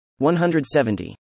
170